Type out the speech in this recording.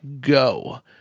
go